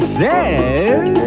says